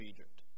Egypt